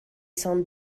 saint